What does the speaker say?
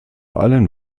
allen